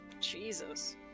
Jesus